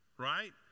Right